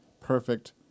perfect